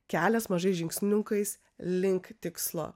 kelias mažais žingsniukais link tikslo